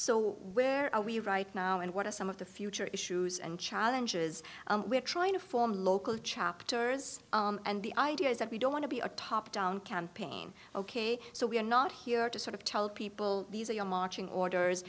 so where are we right now and what are some of the future issues and challenges we're trying to form local chapters and the idea is that we don't want to be a top down campaign ok so we're not here to sort of tell people these are your marching orders